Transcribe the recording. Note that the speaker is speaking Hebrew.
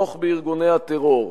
לתמוך בארגוני הטרור,